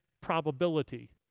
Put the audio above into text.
probability